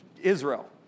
Israel